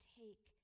take